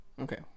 Okay